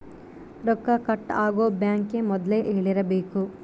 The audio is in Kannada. ರೊಕ್ಕ ಕಟ್ ಆಗೋ ಬ್ಯಾಂಕ್ ಗೇ ಮೊದ್ಲೇ ಹೇಳಿರಬೇಕು